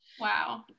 Wow